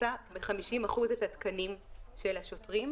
קיצצה ב-50% את התקנים של השוטרים,